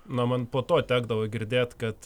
na man po to tekdavo girdėt kad